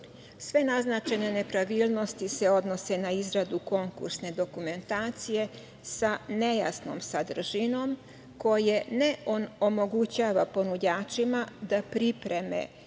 naznačene nepravilnosti se odnose na izradu konkursne dokumentacije sa nejasnom sadržinom koje ne omogućava ponuđačima da pripreme